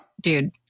dude